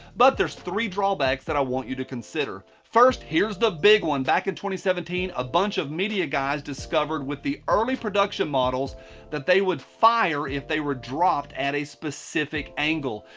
but there's three drawbacks that i want you to consider. first, here's the big one. back in two seventeen, a bunch of media guys discovered with the early production models that they would fire if they were dropped at a specific angle.